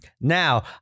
Now